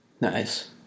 nice